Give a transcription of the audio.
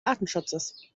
artenschutzes